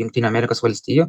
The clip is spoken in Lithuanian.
jungtinių amerikos valstijų